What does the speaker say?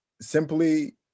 simply